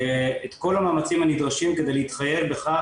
את כל המאמצים הנדרשים כדי להתחייב בכך